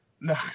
no